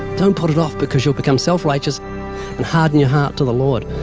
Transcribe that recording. don't put it off, because you'll become self-righteous and harden your heart to the lord.